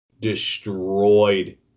destroyed